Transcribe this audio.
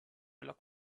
lock